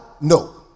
No